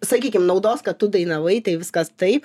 sakykim naudos kad tu dainavai tai viskas taip